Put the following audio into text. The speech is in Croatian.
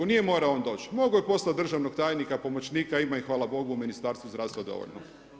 Nije morao on doći, mogao je poslati državnog tajnika, pomoćnika, ima ih hvala Bogu u Ministarstvu zdravstva dovoljno.